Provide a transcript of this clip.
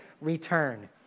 return